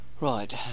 Right